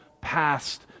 past